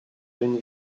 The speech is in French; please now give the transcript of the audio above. une